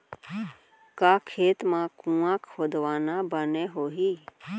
का खेत मा कुंआ खोदवाना बने होही?